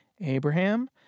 Abraham